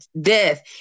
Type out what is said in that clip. death